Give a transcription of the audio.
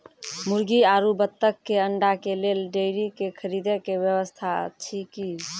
मुर्गी आरु बत्तक के अंडा के लेल डेयरी के खरीदे के व्यवस्था अछि कि?